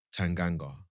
Tanganga